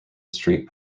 street